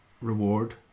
reward